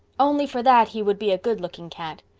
only for that he would be a good-looking cat.